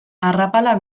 arrapala